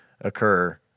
occur